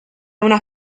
una